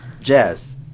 Jazz